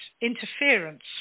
interference